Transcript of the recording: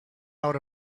out